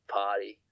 party